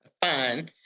fine